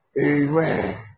Amen